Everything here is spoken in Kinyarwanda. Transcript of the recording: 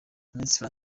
minisitiri